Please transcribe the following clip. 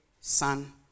son